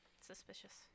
Suspicious